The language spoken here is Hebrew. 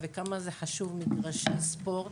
כאשר גוף שלטוני נותן כסף,